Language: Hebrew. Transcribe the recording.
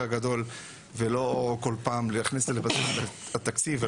גדול ולא בכל פעם להכניס ולבזבז את התקציב,